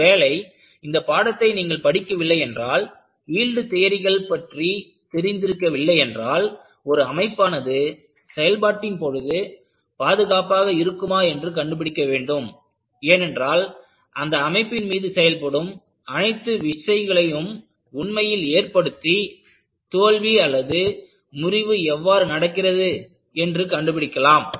ஒருவேளை இந்த பாடத்தை நீங்கள் படிக்கவில்லை என்றால் யீல்டு தியரிகள் பற்றி தெரிந்திருக்கவில்லை என்றால் ஒரு அமைப்பானது செயல்பாட்டின் போது பாதுகாப்பாக இருக்குமா என்று கண்டுபிடிக்க வேண்டும் என்றால் அந்த அமைப்பின் மீது செயல்படும் அனைத்து விசைகளையும் உண்மையில் ஏற்படுத்தி தோல்வி முறிவு எவ்வாறு நடக்கிறது என்று கண்டுபிடிக்கலாம்